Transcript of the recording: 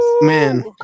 Man